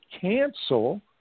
cancel